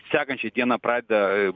sekančią dieną pradeda